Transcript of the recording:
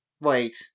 Wait